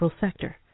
sector